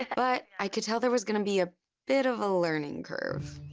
but i could tell there was gonna be a bit of a learning curve.